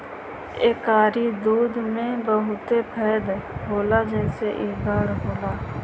एकरी दूध में बहुते फैट होला जेसे इ गाढ़ होला